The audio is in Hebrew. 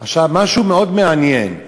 עכשיו, משהו מאוד מעניין.